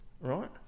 right